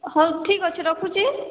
ହେଉ ଠିକ ଅଛେ ରଖୁଛି